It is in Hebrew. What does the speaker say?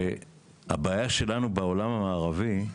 הבעיה שלנו בעולם המערבי היא,